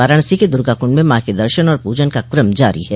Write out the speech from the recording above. वाराणसी के दुर्गाकुंड में मां के दर्शन और पूजन का कम जारी है